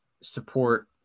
support